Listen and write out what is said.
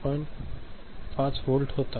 5 volt होता